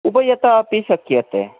उभयतः अपि शक्यते